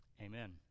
Amen